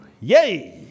Yay